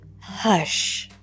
hush